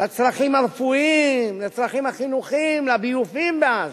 לצרכים הרפואיים, לצרכים החינוכיים, לביובים בעזה.